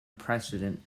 precedent